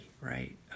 right